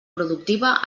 productiva